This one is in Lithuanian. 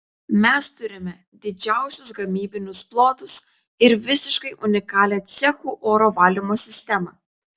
mes turime didžiausius gamybinius plotus ir visiškai unikalią cechų oro valymo sistemą